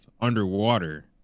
Underwater